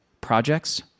projects